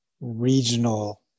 regional